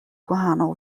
gwahanol